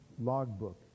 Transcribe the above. logbook